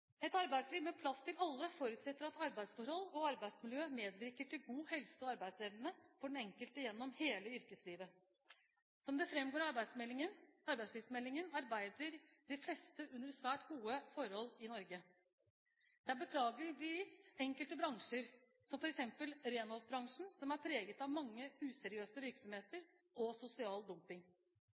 Et arbeidsliv med plass til alle forutsetter at arbeidsforhold og arbeidsmiljø medvirker til god helse og arbeidsevne for den enkelte gjennom hele yrkeslivet. Som det framgår av arbeidslivsmeldingen, arbeider de fleste under svært gode forhold i Norge. Det er beklageligvis enkelte bransjer, som f.eks. renholdsbransjen, som er preget av mange useriøse virksomheter og sosial dumping.